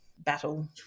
Battle